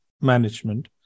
management